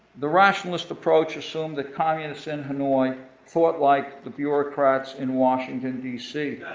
the rationalist approach assumed that communists in hanoi thought like the bureaucrats in washington, dc.